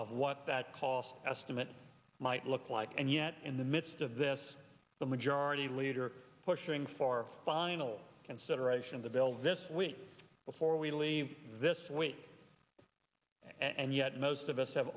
of what that cost estimate might look like and yet in the midst of this the majority leader pushing for final consideration of the bill this week before we leave this week and yet most of us have